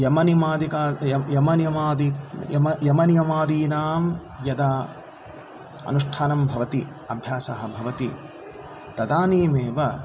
यमनियमादिका यमनियमादि यमनियमादीनां यदा अनुष्ठानं भवति अभ्यासः भवति तदानीमेव